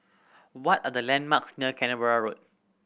what are the landmarks near Canberra Road